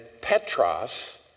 Petros